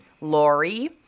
Lori